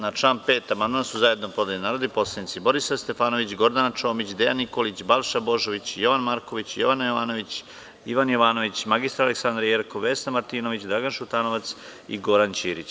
Na član 5. amandman su zajedno podneli narodni poslanici Borislav Stefanović, Gordana Čomić, Dejan Nikolić, Balša Božović, Jovan Marković, Jovana Jovanović, Ivan Jovanović, mr Aleksandra Jerkov, Vesna Martinović, Dragan Šutanovac i Goran Ćirić.